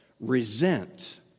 resent